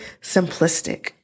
simplistic